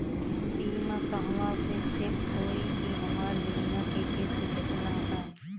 बीमा कहवा से चेक होयी की हमार बीमा के किस्त केतना ह?